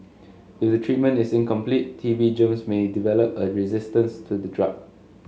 if the treatment is incomplete T B germs may develop a resistance to the drug